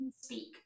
Speak